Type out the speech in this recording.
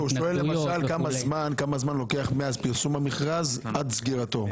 הוא שואל כמה זמן לוקח מזמן פרסום המכרז עד סגירתו.